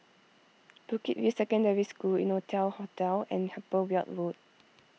Bukit View Secondary School Innotel Hotel and Upper Weld Road